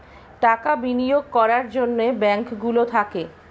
টাকা বিনিয়োগ করার জন্যে ব্যাঙ্ক গুলো থাকে